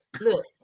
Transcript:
Look